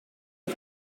het